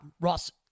Ross